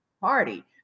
party